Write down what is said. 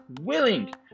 willing